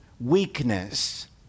weakness